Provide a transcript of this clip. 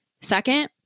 Second